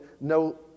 no